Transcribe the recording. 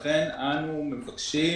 לכן אנו מבקשים